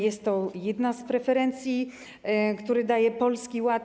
Jest to jedna z preferencji, którą daje Polski Ład.